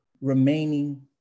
remaining